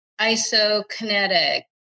isokinetic